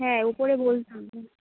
হ্যাঁ উপরে বলতে হবে